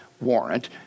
warrant